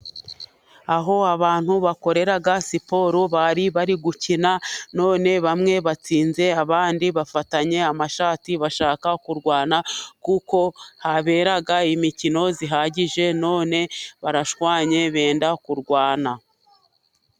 Aho abantu bakorera siporo bari bari gukina, none bamwe batsinze, abandi bafatanye amashati bashaka kurwana, kuko haberaga imikino ihagije none barashwanye benda kurwana.